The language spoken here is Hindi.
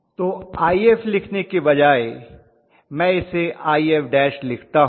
तो If लिखने के बजाय मै इसे If लिखता हूं